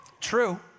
True